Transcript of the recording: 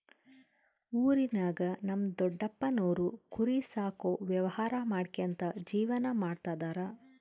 ಊರಿನಾಗ ನಮ್ ದೊಡಪ್ಪನೋರು ಕುರಿ ಸಾಕೋ ವ್ಯವಹಾರ ಮಾಡ್ಕ್ಯಂತ ಜೀವನ ಮಾಡ್ತದರ